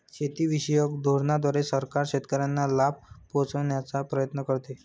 शेतीविषयक धोरणांद्वारे सरकार शेतकऱ्यांना लाभ पोहचवण्याचा प्रयत्न करते